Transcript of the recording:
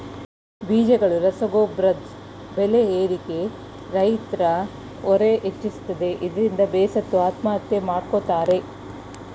ಬೀಜಗಳು ರಸಗೊಬ್ರದ್ ಬೆಲೆ ಏರಿಕೆ ರೈತ್ರ ಹೊರೆ ಹೆಚ್ಚಿಸುತ್ತೆ ಇದ್ರಿಂದ ಬೇಸತ್ತು ಆತ್ಮಹತ್ಯೆ ಮಾಡ್ಕೋತಾರೆ